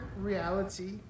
reality